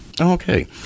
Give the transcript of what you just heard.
Okay